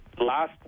last